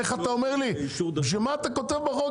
איך אתה אומר לי: למה אתה כותב בחוק?